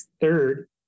Third